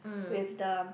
with the